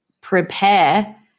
prepare